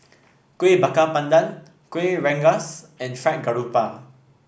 Kuih Bakar Pandan Kuih Rengas and Fried Garoupa